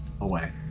away